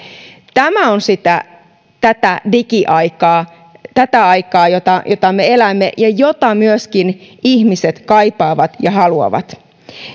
tämä on tätä digiaikaa tätä aikaa jota me elämme ja mitä myöskin ihmiset kaipaavat ja haluavat